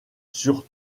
sur